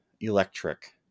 electric